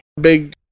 big